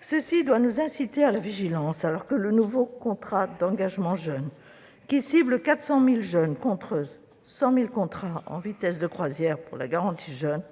Ce constat doit nous inciter à la vigilance, alors que le nouveau contrat d'engagement jeune, qui cible 400 000 jeunes contre 100 000 contrats en vitesse de croisière pour la garantie jeunes,